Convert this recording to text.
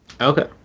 okay